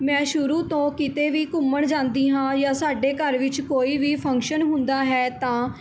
ਮੈਂ ਸ਼ੁਰੂ ਤੋਂ ਕਿਤੇ ਵੀ ਘੁੰਮਣ ਜਾਂਦੀ ਹਾਂ ਯਾ ਸਾਡੇ ਘਰ ਵਿੱਚ ਕੋਈ ਵੀ ਫੰਕਸ਼ਨ ਹੁੰਦਾ ਹੈ ਤਾਂ